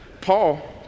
Paul